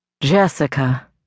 Jessica